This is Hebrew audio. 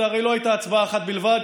זו הרי לא הייתה הצבעה אחת בלבד,